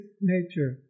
nature